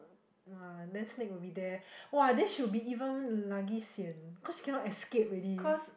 ah then snake would be there !wow! then she will be even lagi sian cause she cannot escape already